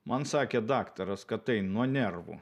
man sakė daktaras kad tai nuo nervų